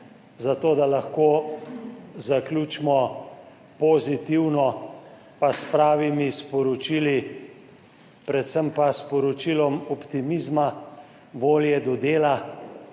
zato, da lahko zaključimo pozitivno pa s pravimi sporočili, predvsem pa s sporočilom optimizma, volje do dela,